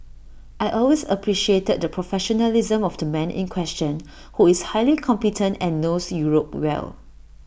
I always appreciated the professionalism of the man in question who is highly competent and knows Europe well